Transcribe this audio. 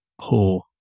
poor